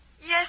Yes